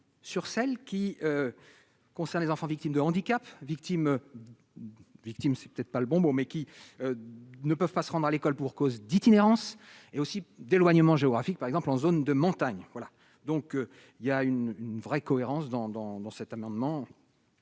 sur celles qui concernent les enfants victimes de handicaps victime. Victime, c'est peut-être pas le bon mot mais qui ne peuvent pas se rendre à l'école pour cause d'itinérance et aussi d'éloignement géographique, par exemple en zone de montagne, voilà donc il y a une vraie cohérence dans dans dans cet amendement